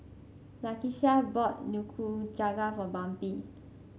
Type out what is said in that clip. Lakeshia bought Nikujaga for Bambi